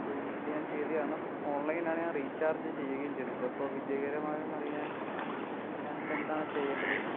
payment ഞാൻ ചെയ്തതാണ് ഓൺലൈനാണ് ഞാൻ റീചാർജ് ചെയ്യുകയും ചെയ്തത് അപ്പോൾ വിജയകരമായോന്നറിയാൻ ഞാൻ ഇപ്പം എന്താണ് ചെയ്യേണ്ടത്